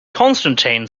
constantine